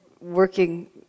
working